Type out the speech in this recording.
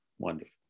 Wonderful